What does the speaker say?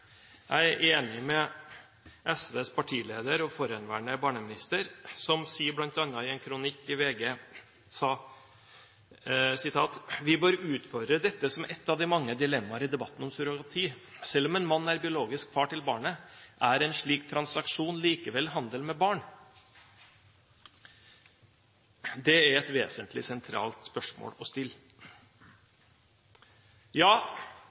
Jeg er enig med SVs partileder og forhenværende barneminister, som sier bl.a. i en kronikk i VG: «Vi bør utfordre dette som et av mange dilemmaer i debatten om surrogati; selv om en mann er biologisk far til barnet – er en slik transaksjon likevel handel med barn?» Det er et vesentlig og sentralt spørsmål å stille.